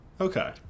Okay